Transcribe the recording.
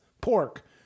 pork